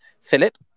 Philip